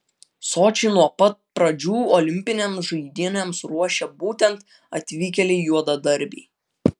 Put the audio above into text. sočį nuo pat pradžių olimpinėms žaidynėms ruošė būtent atvykėliai juodadarbiai